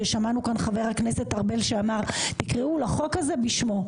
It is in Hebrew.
שמענו כאן את חבר הכנסת ארבל שאמר: תקראו לחוק הזה בשמו,